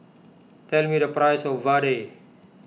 tell me the price of Vadai